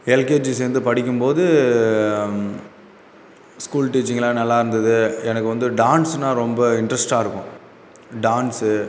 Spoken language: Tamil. எல்கேஜி சேர்ந்து படிக்கும்போது ஸ்கூல் டீச்சிங்லான் நல்லாருந்துது எனக்கு வந்து டான்ஸ்னால் ரொம்ப இன்ரஸ்ட்டாக இருக்கும் டான்ஸ்